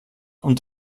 und